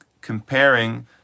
comparing